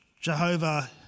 Jehovah